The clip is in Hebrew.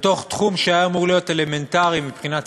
בתוך תחום שהיה אמור להיות אלמנטרי מבחינה ציבורית.